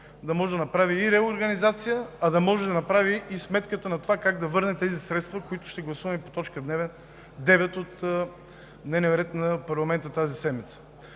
да може да направи и реорганизация, да може да направи и сметка на това как да върне тези средства, които ще гласуваме по т. 9 от дневния ред на парламента тази седмица.